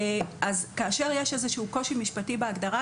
כאשר יש איזשהו קושי משפטי בהגדרה,